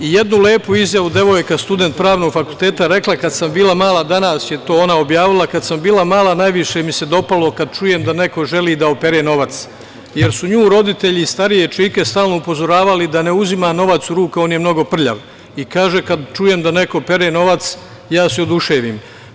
Jednu lepu izjavu devojka, student Pravnog fakulteta je rekla, danas je to ona objavila - kada sam bila mala najviše mi se dopalo kad čujem da neko želi da opere novac, jer su nju roditelji i starije čike stalno upozoravale da ne uzima novac u ruke, on je mnogo prljav i kaže – kad čujem da neko pere novac, ja se oduševim.